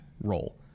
role